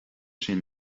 sin